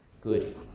Good